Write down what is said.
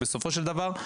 בסופו של דבר,